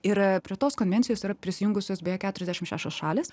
ir prie tos konvencijos yra prisijungusios beje keturiasdešim šešios šalys